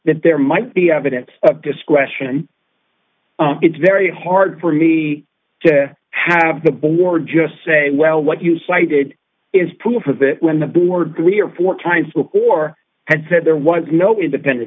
that there might be evidence of discretion it's very hard for be to have the board just say well what you cited is proof of it when the board three or four times before had said there was no independent